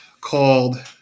called